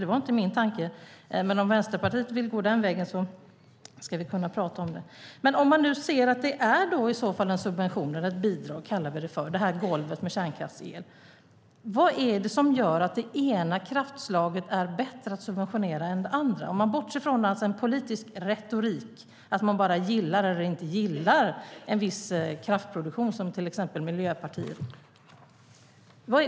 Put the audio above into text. Det var inte min tanke, men om Vänsterpartiet vill gå den vägen ska vi kunna prata om det. Men låt oss säga att man nu ser att det är en subvention eller ett bidrag - det kan vi kalla det för - det här golvet när det gäller kärnkraftsel. Vad är det som gör att det ena kraftslaget är bättre att subventionera än det andra, om man bortser från en politisk retorik, att man bara gillar eller inte gillar en viss kraftproduktion, som till exempel Miljöpartiet gör?